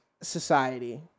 society